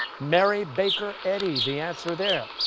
mary baker eddy, the answer there.